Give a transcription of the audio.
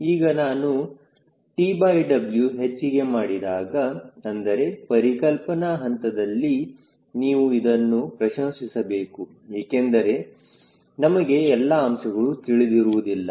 ಈಗ ನಾನು TW ಹೆಚ್ಚಿಗೆ ಮಾಡಿದಾಗ ಅಂದರೆ ಪರಿಕಲ್ಪನಾ ಹಂತದಲ್ಲಿ ನೀವು ಇದನ್ನು ಪ್ರಶಂಸಿಸಬೇಕು ಏಕೆಂದರೆ ನಮಗೆ ಎಲ್ಲಾ ಅಂಶಗಳು ತಿಳಿದಿರುವುದಿಲ್ಲ